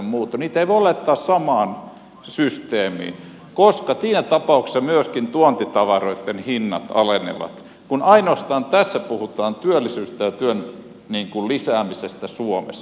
niitä ei voi laittaa samaan systeemiin koska siinä tapauksessa myöskin tuontitavaroitten hinnat alenevat kun tässä ainoastaan puhutaan työllisyydestä ja työn lisäämisestä suomessa